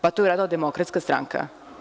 Pa, to je uradila Demokratska stranka.